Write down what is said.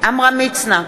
עמרם מצנע,